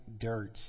dirt